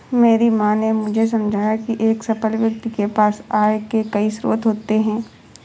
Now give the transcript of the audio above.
मेरी माँ ने मुझे समझाया की एक सफल व्यक्ति के पास आय के कई स्रोत होते हैं